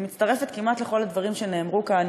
אני מצטרפת כמעט לכל הדברים שנאמרו כאן.